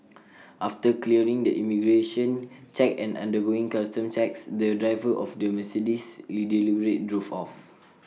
after clearing the immigration check and undergoing customs checks the driver of the Mercedes drove off